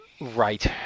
Right